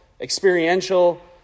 experiential